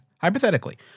Hypothetically